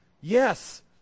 Yes